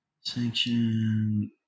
sanction